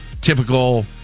typical